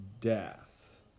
death